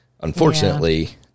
Unfortunately